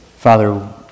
Father